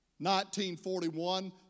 1941